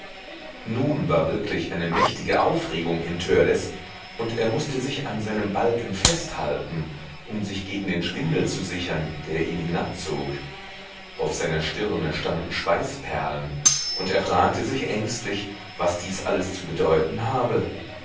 nun war wirklich eine mächtige aufregung in törleß und er mußte sich an seinem balken festhalten um sich gegen den schwindel zu sichern der ihn hinabzog auf seiner stirne standen schweißperlen und er fragte sich ängstlich was dies alles zu bedeuten habe